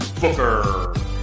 Booker